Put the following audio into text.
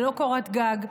ללא קורת גג,